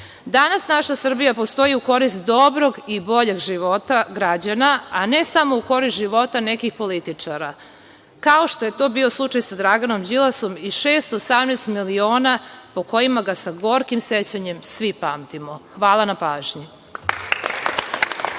naša Srbija postoji u korist dobrog i boljeg života građana, a ne samo u korist života nekih političara, kao što je to bio slučaj sa Draganom Đilasom i 618 miliona, po kojima ga sa gorkim sećanjem svi pamtimo. Hvala na pažnji.